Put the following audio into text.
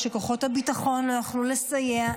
כשכוחות הביטחון לא יכלו לסייע,